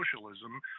socialism